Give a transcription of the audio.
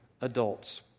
adults